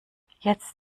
jetzt